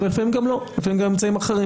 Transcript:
ולפעמים גם לא אלא לפעמים באמצעים אחרים